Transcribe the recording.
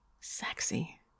Sexy